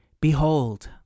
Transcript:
Behold